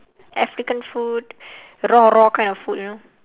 african food raw raw kind of food you know